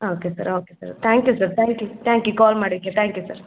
okay sir okay sir thank you sir thank you thank you call ಮಾಡಿದಕ್ಕೆ thank you sir